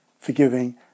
forgiving